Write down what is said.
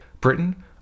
Britain